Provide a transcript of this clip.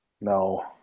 No